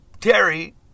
terry